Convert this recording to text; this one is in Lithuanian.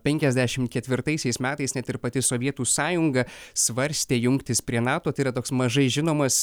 penkiasdešim ketvirtaisiais metais net ir pati sovietų sąjunga svarstė jungtis prie nato tai yra toks mažai žinomas